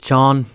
John